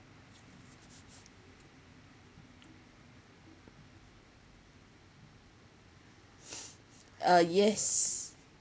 uh yes